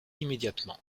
immédiatement